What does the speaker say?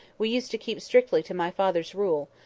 we used to keep strictly to my father's rule,